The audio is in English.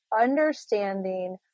understanding